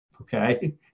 okay